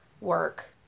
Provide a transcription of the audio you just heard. work